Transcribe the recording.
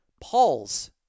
Paul's